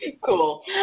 Cool